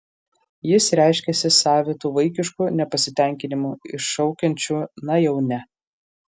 jis reiškiasi savitu vaikišku nepasitenkinimu iššaukiančiu na jau ne